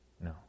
No